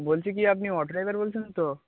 বলছি কি আপনি অটো ড্রাইভার বলছেন তো